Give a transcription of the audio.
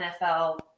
NFL